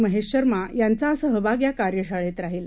महेश शर्मा यांचा सहभाग या कार्यशाळेत राहील